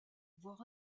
voire